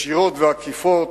ישירות ועקיפות.